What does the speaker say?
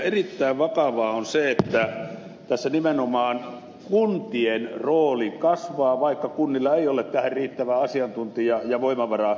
erittäin vakavaa on se että tässä nimenomaan kuntien rooli kasvaa vaikka kunnilla ei ole tähän riittävää asiantuntija ja voimavararesursointia